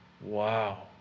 Wow